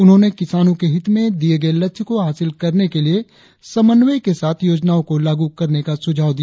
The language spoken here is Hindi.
उन्होंने किसानो के हित में दिये गये लक्ष्य को हासिल करने के लिए समन्वय के साथ योजनाओ को लागू करने का सुझाव दिया